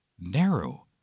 narrow